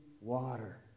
water